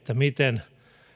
miten